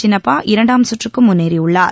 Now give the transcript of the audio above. சின்னப்பா இரண்டாம் சுற்றுக்கு முன்னேறியுள்ளார்